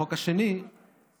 החוק השני הוא